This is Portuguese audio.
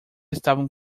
estavam